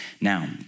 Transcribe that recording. Now